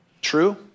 True